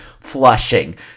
flushing